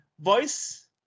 voice